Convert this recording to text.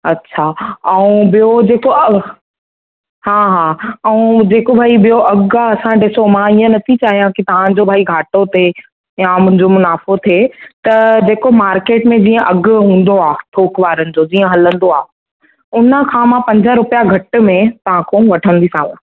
अच्छा ऐं बियो जेको हा ऐं जेको भाई बियो अघु आहे असां ॾिसो मां इअं न थी चाहियां कि तव्हांजो भाई घाटो थिए या मुंहिंजो मुनाफ़ो थिए त जेको मार्केट में जीअं अघु हूंदो आहे थोक वारनि जो जीअं हलंदो आहे हुन खां मां पंज रुपया घटि में तव्हां खां वठंदीसांव